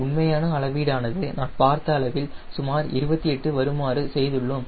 உண்மையான அளவீடானது நான் பார்த்த அளவில் சுமார் 28 வருமாறு செய்துள்ளோம்